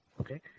Okay